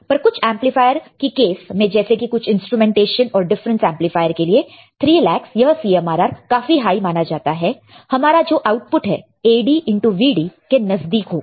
पर कुछ एंपलीफायर की केस में जैसे कि कुछ इंस्ट्रूमेंटेशन और डिफरेंस एंपलीफायर के लिए 300000 यह CMRR काफी हाई माना जाता है हमारा जो आउटपुट है AD इनटु VD के नजदीक होगा